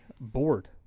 board